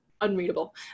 unreadable